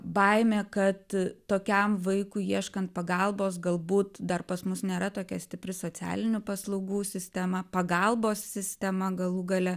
baimė kad tokiam vaikui ieškant pagalbos galbūt dar pas mus nėra tokia stipri socialinių paslaugų sistema pagalbos sistema galų gale